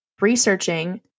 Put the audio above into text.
researching